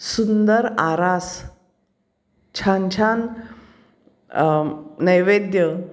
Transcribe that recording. सुंदर आरास छान छान नैवेद्य